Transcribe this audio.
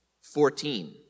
Fourteen